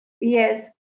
Yes